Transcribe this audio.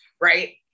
Right